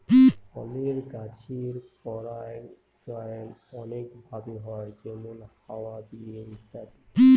ফলের গাছের পরাগায়ন অনেক ভাবে হয় যেমন হাওয়া দিয়ে ইত্যাদি